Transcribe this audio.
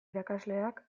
irakasleak